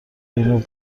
اینو